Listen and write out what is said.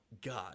God